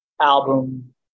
album